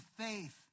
faith